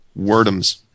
Wordums